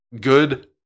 good